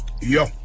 Yo